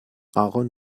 aaron